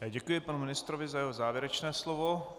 Já děkuji panu ministrovi za jeho závěrečné slovo.